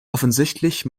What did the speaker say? offensichtlich